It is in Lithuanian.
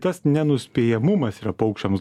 tas nenuspėjamumas paukščiams